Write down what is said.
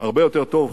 הרבה יותר טוב,